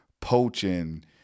poaching